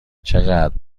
چقدر